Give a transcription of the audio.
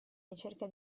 ricerca